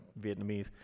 Vietnamese